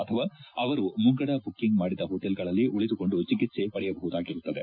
ಅಥವಾ ಅವರು ಮುಂಗದ ಬುಕ್ಕಿಂಗ್ ಮಾಡಿದ ಹೋಟೆಲ್ಗಳಲ್ಲಿ ಉಳಿದುಕೊಂಡು ಚಿಕಿತ್ಸೆ ಪಡೆಯಬಹುದಾಗಿರುತ್ತದೆ